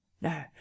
no